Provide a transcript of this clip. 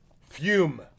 fume